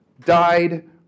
died